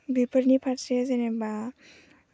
बेफोरनि फारसे जेनेबा